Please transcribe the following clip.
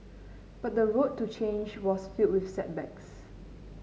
but the road to change was filled with setbacks